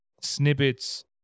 snippets